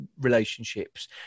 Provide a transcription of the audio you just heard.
relationships